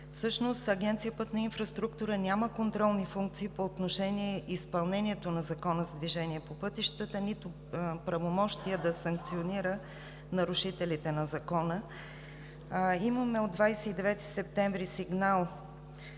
пътя. Агенция „Пътна инфраструктура“ всъщност няма контролни функции по отношение изпълнението на Закона за движението по пътищата, нито правомощия да санкционира нарушителите на Закона. От 29 септември имаме